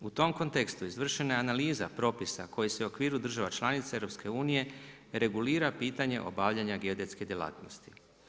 U tom kontekstu izvršena je analiza propisa koji se u okviru država članica EU, regulira pitanje obavljanja geodetske djelatnosti.